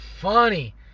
funny